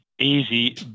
easy